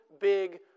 big